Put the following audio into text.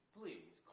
please